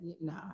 no